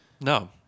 No